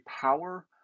power